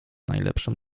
najlepszym